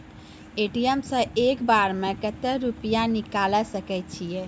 ATM सऽ एक बार म कत्तेक रुपिया निकालि सकै छियै?